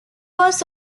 was